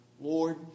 Lord